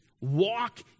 Walk